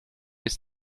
ist